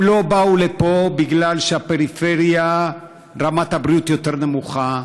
הם לא באו לפה בגלל שבפריפריה רמת הבריאות יותר נמוכה,